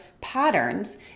patterns